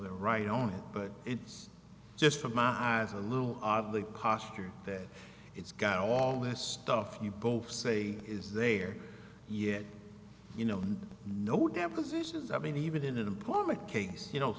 they're right on it but it's just for my eyes a little oddly koster that it's got all this stuff you both say is there yet you know no depositions i mean even in an important case you know